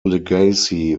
legacy